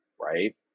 right